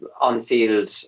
on-field